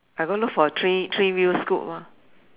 I go look for three three wheel scoot lor